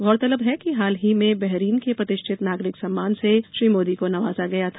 गौरतलब है कि हाल ही में बहरिन के प्रतिष्ठित नागरिक सम्मान से श्री मोदी को नवाजा गया था